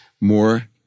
more